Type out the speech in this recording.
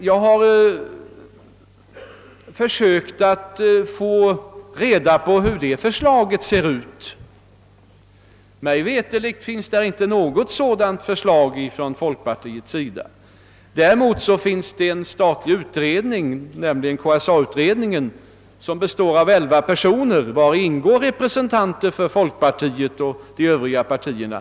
Jag har försökt att få reda på hur det förslaget ser ut; mig veterligt finns det inte något sådant förslag från folkpartiet. Däremot existe rar en statlig utredning, nämligen KSA utredningen, som består av elva personer, vari ingår representanter för folkpartiet och de övriga partierna.